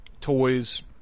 toys